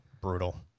Brutal